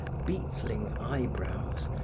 beetling eyebrows,